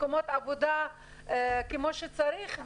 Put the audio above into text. מקומות עבודה כמו שצריך,